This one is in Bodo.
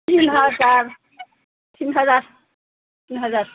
थिन हाजार